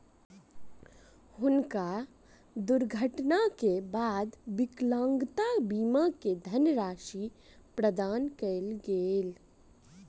हुनका दुर्घटना के बाद विकलांगता बीमा के धनराशि प्रदान कयल गेल